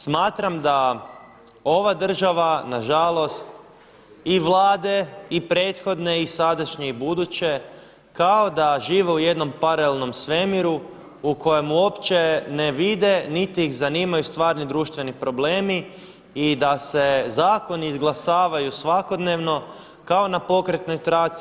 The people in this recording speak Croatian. Smatram da ova država na žalost i vlade i prethodne i sadašnje i buduće kao da žive u jednom paralelnom svemiru u kojem uopće ne vide niti ih zanimaju stvarni društveni problemi i da se zakoni izglasavaju svakodnevno kao na pokretnoj traci.